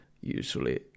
usually